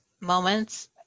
moments